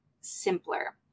simpler